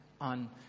on